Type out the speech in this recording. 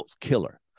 killer